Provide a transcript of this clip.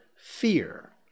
fear